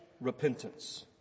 repentance